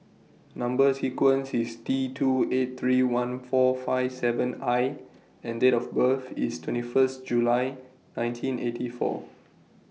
Number sequence IS T two eight three one four five seven I and Date of birth IS twenty First July nineteen eighty four